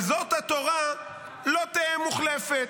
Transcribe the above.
אבל "זאת התורה לא תהא מוחלפת",